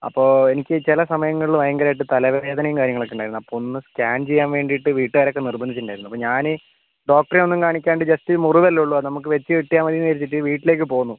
അപ്പോൾ എനിക്ക് ചിലസമയങ്ങളിൽ ഭയങ്കരമായിട്ട് തലവേദനയും കാര്യങ്ങളൊക്കെ ഉണ്ടായിരുന്നു അപ്പോൾ ഒന്ന് സ്കാൻ ചെയ്യാൻ വേണ്ടിയിട്ട് വീട്ടുകാരൊക്കെ നിർബന്ധിച്ചിട്ടുണ്ടായിരുന്നു അപ്പോൾ ഞാൻ ഡോക്ടറെയൊന്നും കാണിക്കാണ്ട് ജസ്റ്റ് ഈ മുറിവല്ലേ ഉള്ളൂ അത് നമുക്ക് വെച്ചുകെട്ടിയാൽ മതിയെന്ന് വിചാരിച്ചിട്ട് വീട്ടിലേക്ക് പോന്നു